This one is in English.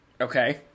Okay